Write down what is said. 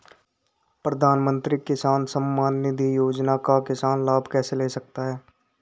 प्रधानमंत्री किसान सम्मान निधि योजना का किसान लाभ कैसे ले सकते हैं?